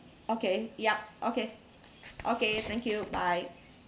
okay yup okay okay thank you bye